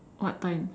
what time